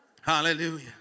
hallelujah